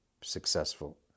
successful